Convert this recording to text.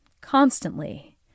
constantly